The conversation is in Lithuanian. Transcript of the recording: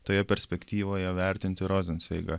toje perspektyvoje vertinti rozencveigą